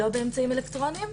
לא באמצעים אלקטרוניים.